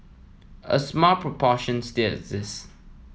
a small proportion still exists